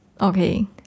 Okay